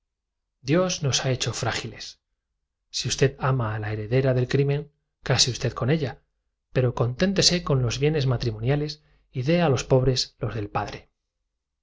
dios nos ha hecho frágiles si usted ama a la heredera del cri hablaba con bastante claridad para hacerme supérfluo vuestro fallo y men case usted con ella pero conténtese con los bienes matrimoniales si hoy su voz se debilitó aquí está la causa de mi cobardía hace dos y dé a los pobres los del padre